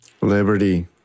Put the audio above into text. Liberty